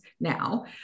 now